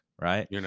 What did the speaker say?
right